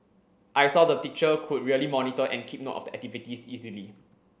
I saw the teacher could really monitor and keep note of the activities easily